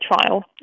trial